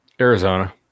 Arizona